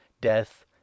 death